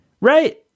right